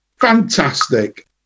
fantastic